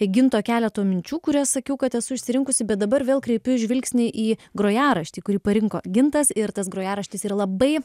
ginto keleto minčių kurias sakiau kad esu išsirinkusi bet dabar vėl kreipiu žvilgsnį į grojaraštį kurį parinko gintas ir tas grojaraštis yra labai